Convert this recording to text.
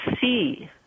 see